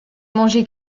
mangé